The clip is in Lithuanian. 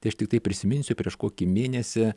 tai aš tiktai prisiminsiu prieš kokį mėnesį